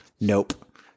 Nope